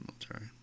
military